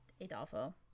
Adolfo